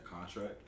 contract